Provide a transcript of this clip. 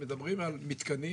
מדברים על מתקנים,